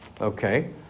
Okay